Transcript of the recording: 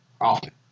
often